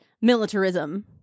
militarism